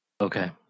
Okay